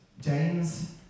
James